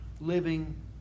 living